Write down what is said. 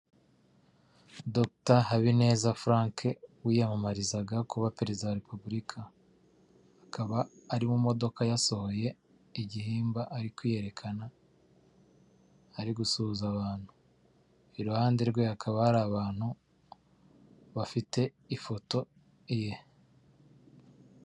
Dogita Habineza Frank wiyamamarizaga kuba perezida wa repubulikam akaba ari mu modoka yasohoye igihimba ari kwiyerekana, ari gusuhuza abantu iruhande rwe hakaba hari abantu bafite ifoto ye.